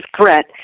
threat